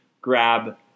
grab